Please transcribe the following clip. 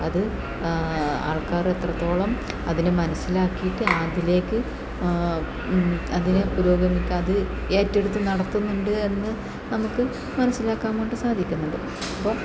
അത് ആൾക്കാർ എത്രത്തോളം അതിനെ മനസ്സിലാക്കിയിട്ട് അതിലേക്ക് അതിനെ പുരോഗമിക്കാൻ അത് ഏറ്റെടുത്ത് നടത്തുന്നുണ്ട് എന്ന് നമുക്ക് മനസ്സിലാക്കാൻ വേണ്ടി സാധിക്കുന്നുണ്ട് അപ്പം